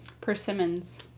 Persimmons